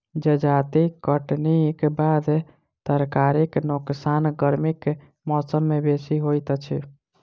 जजाति कटनीक बाद तरकारीक नोकसान गर्मीक मौसम मे बेसी होइत अछि